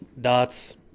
Dots